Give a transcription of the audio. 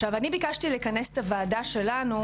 עכשיו אני ביקשתי לכנס את הוועדה שלנו,